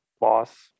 Loss